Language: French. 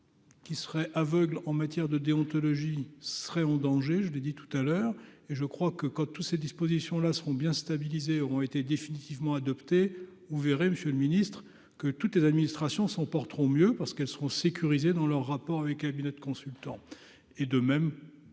Qui serait aveugle en matière de déontologie serait en danger, je l'ai dit tout à l'heure et je crois que quand tous ces dispositions là seront bien stabilisé auront été définitivement adopté, vous verrez Monsieur le Ministre, que toutes les administrations sont porteront mieux parce qu'elles seront sécurisés dans leurs rapports avec cabinet de consultants et de même